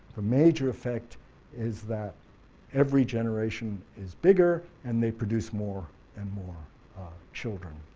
the major effect is that every generation is bigger and they produce more and more children